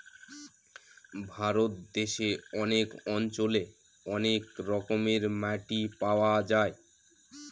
ভারত দেশে অনেক অঞ্চলে অনেক রকমের মাটি পাওয়া যায়